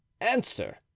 answer